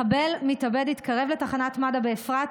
מחבל התקרב לתחנת מד"א באפרת,